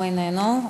איננו.